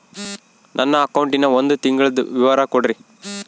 ನನ್ನ ಅಕೌಂಟಿನ ಒಂದು ತಿಂಗಳದ ವಿವರ ಕೊಡ್ರಿ?